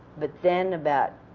but then about